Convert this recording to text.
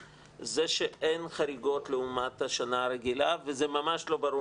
זה שאין חריגות לעומת שנה רגילה וזה ממש לא ברור